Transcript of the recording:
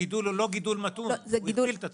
הגידול הוא לא גידול מתון, הוא הכפיל את עצמו.